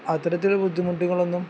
അത്തരത്തിൽ ബുദ്ധിമുട്ടുകളൊന്നും